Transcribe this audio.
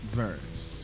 verse